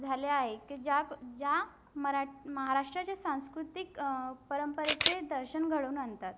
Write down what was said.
झाल्या आहे की ज्या ज्या मरा महाराष्ट्राच्या सांस्कृतिक परंपरेचे दर्शन घडून आणतात